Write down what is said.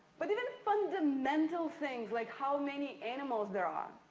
but even fundamental things, like how many animals there are.